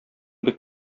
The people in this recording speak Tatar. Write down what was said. бик